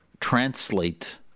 translate